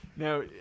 now